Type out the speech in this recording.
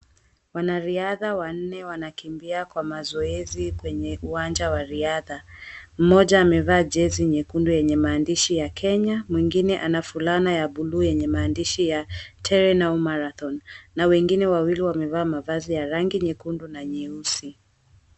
Wanariadha wanne wanakimbia kwa mazoezi kwenye uwanja wa riadha mmoja amevaa jezi nyekundu yenye maandishi ya Kenya mwingine anafulana ya bluu yenye maandishi ya Terenow Marathon na wengine wawiliwamevaa mavazi ya rangi nyekundu na nyeusi.